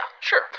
sure